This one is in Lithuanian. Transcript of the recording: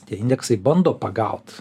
tie indeksai bando pagaut